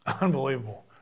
unbelievable